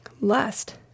lust